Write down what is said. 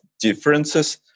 differences